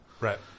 Right